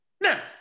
Now